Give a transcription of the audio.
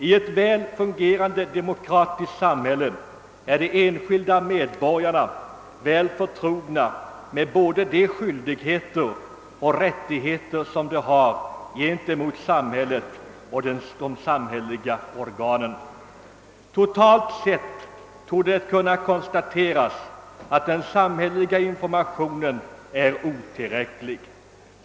I ett väl fungerande demokratiskt samhälle är de enskilda medborgarna väl förtrogna med både de skyldigheter och de rättigheter, som de har gentemot samhället och de samhälleliga organen. Rent allmänt torde kunna konstateras att den samhälleliga informationen är otillräcklig.